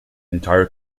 entire